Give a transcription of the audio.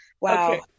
wow